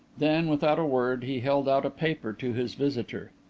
then, without a word, he held out a paper to his visitor.